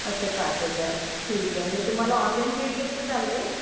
अच्छा पाच हजार ठीक आहे मी तुम्हाला ऑनलाईन पेड केले तर चालेल